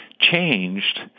changed